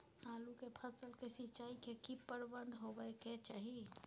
आलू के फसल के सिंचाई के की प्रबंध होबय के चाही?